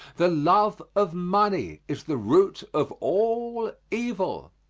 the love of money is the root of all evil.